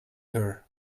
her